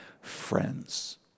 friends